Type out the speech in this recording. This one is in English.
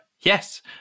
Yes